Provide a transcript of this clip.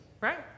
right